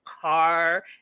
car